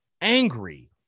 angry